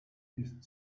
ist